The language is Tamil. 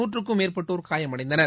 நூற்றுக்கும் மேற்பட்டோர் காயமடைந்தனர்